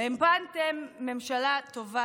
הפלתם ממשלה טובה,